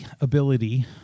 ability